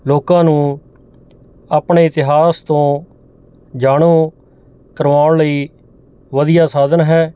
ਲੋਕਾਂ ਨੂੰ ਆਪਣੇ ਇਤਿਹਾਸ ਤੋਂ ਜਾਣੂ ਕਰਵਾਉਣ ਲਈ ਵਧੀਆ ਸਾਧਨ ਹੈ